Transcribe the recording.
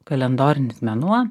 kalendorinis mėnuo